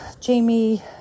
Jamie